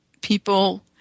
people